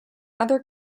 other